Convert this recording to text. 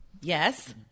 Yes